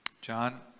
John